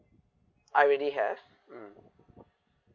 I already have mm